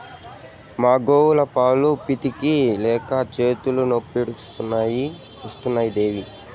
మా గోవుల పాలు పితిక లేక చేతులు నొప్పులు వస్తున్నాయి దేవీ